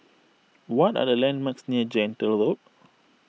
what are the landmarks near Gentle Road